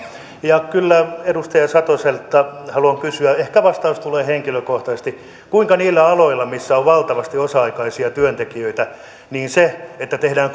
kyllä edustaja satoselta haluan kysyä ehkä vastaus tulee henkilökohtaisesti kuinka niillä aloilla millä on valtavasti osa aikaisia työntekijöitä se että tehdään